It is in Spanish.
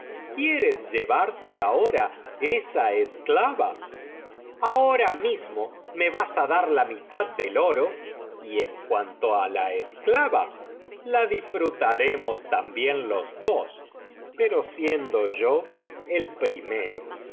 quieres llevarte ahora esa esclava ahora mismo me vas á dar la mitad del oro y en cuanto a la esclava la disfrutaremos también los dos pero siendo yo el primero